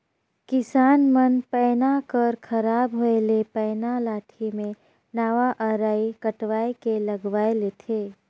किसान मन पैना कर खराब होए ले पैना लाठी मे नावा अरई कटवाए के लगवाए लेथे